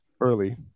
early